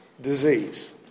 Disease